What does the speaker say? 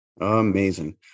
Amazing